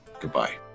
goodbye